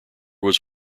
was